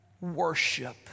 worship